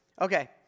Okay